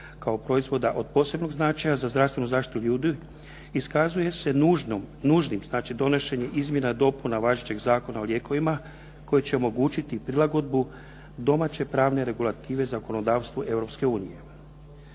kao proizvoda od posebnog značaja za zdravstvenu zaštitu ljudi iskazuje se nužnim donošenje izmjena i dopuna važećeg Zakona o lijekovima koji će omogućiti prilagodbu domaće pravne regulative zakonodavstvu